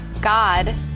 God